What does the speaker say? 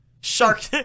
Shark